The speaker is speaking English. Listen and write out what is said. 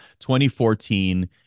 2014